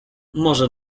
może